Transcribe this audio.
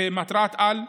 כמטרת-על,